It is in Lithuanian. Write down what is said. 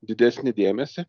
didesnį dėmesį